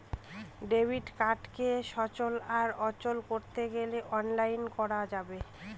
debit কার্ডকে সচল আর অচল করতে গেলে অনলাইনে করা যাবে